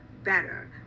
Better